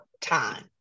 time